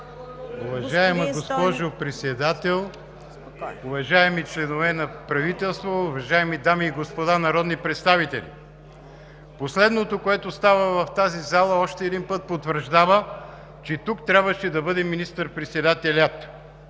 Уважаема госпожо Председател, уважаеми членове на правителството, уважаеми дами и господа народни представители! Последното, което става в тази зала, още един път потвърждава, че тук трябваше да бъде министър-председателят.